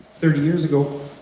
thirty years ago,